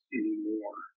anymore